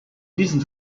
diesen